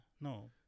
no